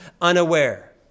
unaware